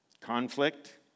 Conflict